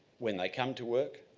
when they come to work,